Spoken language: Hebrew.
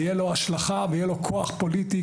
יהיו לו השלכה וכוח פוליטי,